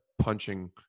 punching